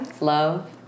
love